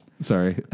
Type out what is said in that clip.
Sorry